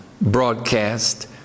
broadcast